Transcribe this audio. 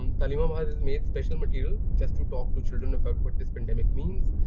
um taleemabad has made special material just to talk to children about what this pandemic means,